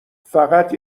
فقط